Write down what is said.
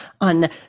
on